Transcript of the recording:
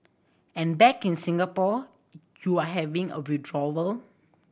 and back in Singapore you're having a withdrawal